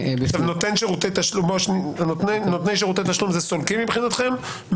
נותני שירותי תשלום זה, מבחינתכם, סולקים?